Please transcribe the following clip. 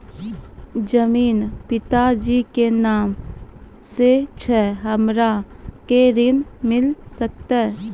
जमीन पिता जी के नाम से छै हमरा के ऋण मिल सकत?